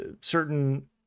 certain